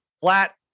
flat